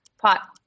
Pot